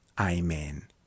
Amen